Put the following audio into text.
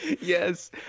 Yes